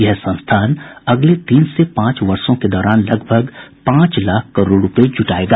यह संस्थान अगले तीन से पांच वर्षो के दौरान लगभग पांच लाख करोड़ रूपये जुटायेगा